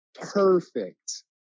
perfect